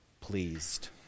pleased